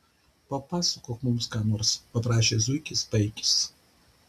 papasakok mums ką nors paprašė zuikis paikis